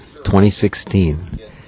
2016